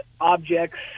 objects